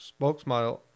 spokesmodel